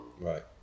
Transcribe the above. right